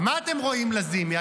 מה אתם רואים, לזימי?